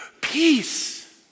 Peace